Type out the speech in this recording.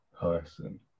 person